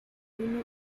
rabino